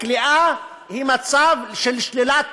הכליאה היא מצב של שלילת